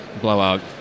blowout